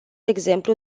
exemplu